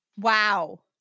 Wow